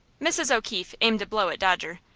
mrs. o'keefe aimed a blow at dodger,